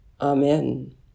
Amen